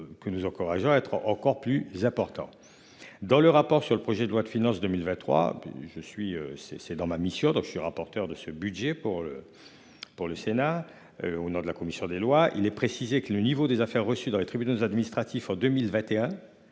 Que nous encourageons, être encore plus important. Dans le rapport sur le projet de loi de finances 2023. Je suis c'est c'est dans ma mission, donc je suis rapporteur de ce budget pour le. Pour le Sénat au nom de la commission des Lois, il est précisé que le niveau des affaires reçues dans les tribunaux administratifs en 2021